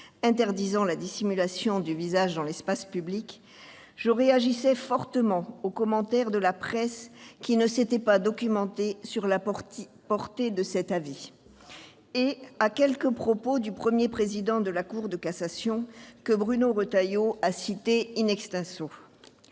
interdisant la dissimulation du visage dans l'espace public, je réagissais fortement aux commentaires de la presse qui ne s'était pas documentée sur la portée de cet avis ... Cela arrive !... et à quelques propos du premier président de la Cour de cassation, que Bruno Retailleau a cités.